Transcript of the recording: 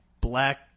black